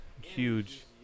huge